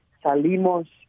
salimos